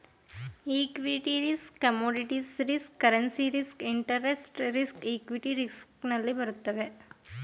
equity risk commodities risk currency risk interest risk equity risk ನಲ್ಲಿ ಬರುತ್ತವೆ